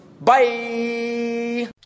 Bye